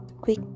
quick